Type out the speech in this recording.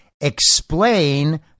explain